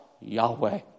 Yahweh